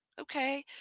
okay